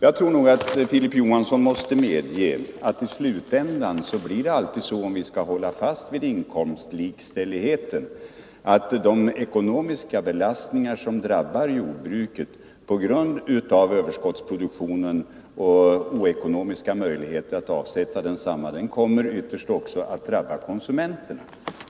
Jag tror nog att Filip Johansson måste medge att i slutändan blir det alltid så, om vi skall hålla fast vid inkomstlikställigheten, att de ekonomiska belastningar som drabbar jordbrukarna på grund av överskottsproduktionen och oekonomiska möjligheter att avsätta densamma ytterst kommer att drabba konsumenterna.